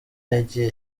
yagiye